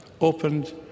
opened